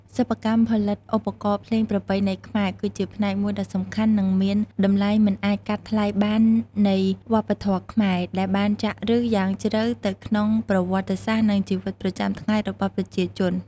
សិប្បកម្មផលិតឧបករណ៍ភ្លេងប្រពៃណីខ្មែរ គឺជាផ្នែកមួយដ៏សំខាន់ និងមានតម្លៃមិនអាចកាត់ថ្លៃបាននៃវប្បធម៌ខ្មែរ ដែលបានចាក់ឫសយ៉ាងជ្រៅទៅក្នុងប្រវត្តិសាស្ត្រ និងជីវិតប្រចាំថ្ងៃរបស់ប្រជាជន។